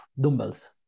dumbbells